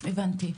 הבנתי.